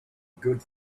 good